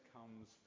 comes